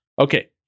Okay